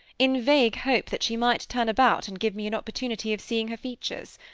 in vague hope that she might turn about and give me an opportunity of seeing her features.